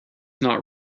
not